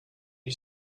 you